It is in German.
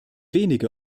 wenige